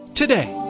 Today